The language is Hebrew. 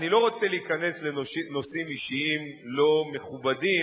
אני לא רוצה להיכנס לנושאים אישיים לא מכובדים,